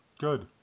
Good